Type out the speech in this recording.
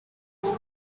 today